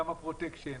גם הפרוטקשן,